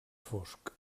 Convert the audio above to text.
fosc